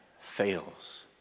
fails